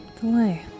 Delay